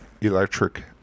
Electric